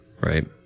Right